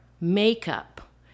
makeup